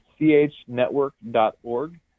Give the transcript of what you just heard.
chnetwork.org